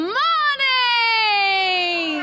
morning